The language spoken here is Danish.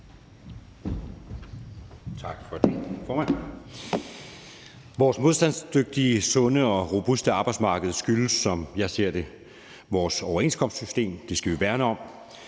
Tak for det,